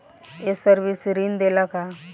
ये सर्विस ऋण देला का?